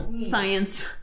science